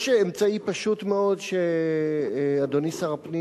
יש אמצעי פשוט מאוד שאדוני שר הפנים